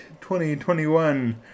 2021